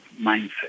mindset